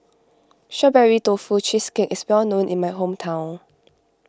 Strawberry Tofu Cheesecake is well known in my hometown